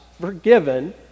forgiven